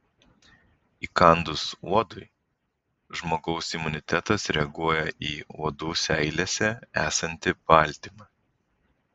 įkandus uodui žmogaus imunitetas reaguoja į uodų seilėse esantį baltymą